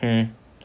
mm